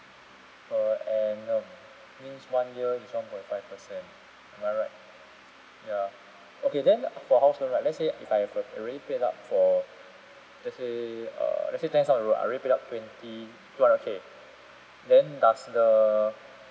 per annum means one year is twelve point five percent am I right ya okay then uh for house loan right like let's say if I have have already paid up for let's say err let's say ten thousand r~ I already paid up twenty twelve K then does the